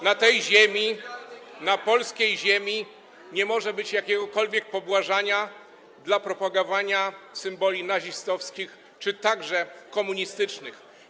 Na tej ziemi, na polskiej ziemi nie może być jakiegokolwiek pobłażania dla propagowania symboli nazistowskich czy komunistycznych.